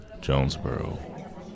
Jonesboro